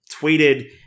tweeted